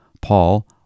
Paul